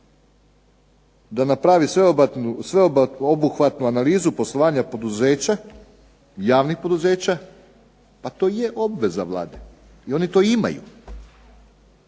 da napravi sveobuhvatnu analizu poslovanja poduzeća, javnih poduzeća, a to je obveza Vlade, i oni to imaju.